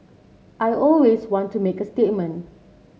I always want to make a statement